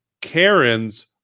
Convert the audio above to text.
Karens